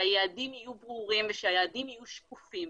שהיעדים יהיו ברורים ושהיעדים יהיו שקופים.